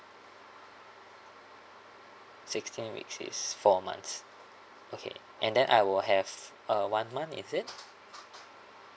sixteen weeks is four months okay and then I will have uh one month is it